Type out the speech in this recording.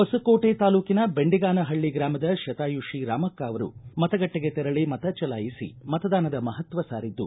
ಹೊಸಕೋಟೆ ತಾಲೂಕಿನ ಬೆಂಡಿಗಾನ ಹಳ್ಳಿ ಗ್ರಾಮದ ಶತಾಯುಷಿ ರಾಮಕ್ಕ ಅವರು ಮತಗಟ್ಟೆಗೆ ತೆರಳಿ ಮತ ಚಲಾಯಿಸಿ ಮತದಾನದ ಮಹತ್ವ ಸಾರಿದ್ದು